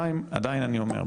2. עדיין אני אומר,